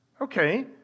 Okay